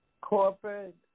corporate